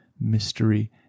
mystery